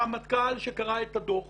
הרמטכ"ל שקרא את הדוח